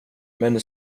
men